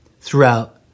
throughout